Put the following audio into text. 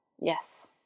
Yes